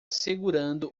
segurando